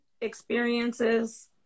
experiences